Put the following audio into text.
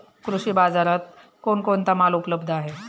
कृषी बाजारात कोण कोणता माल उपलब्ध आहे?